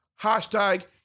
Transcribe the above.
Hashtag